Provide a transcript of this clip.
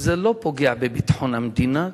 זה לא פוגע בביטחון המדינה כהוא-זה.